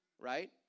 right